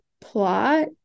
plot